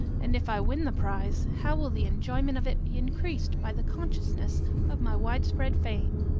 and if i win the prize, how will the enjoyment of it be increased by the consciousness of my widespread fame!